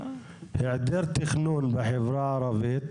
העדר תכנון בחברה הערבית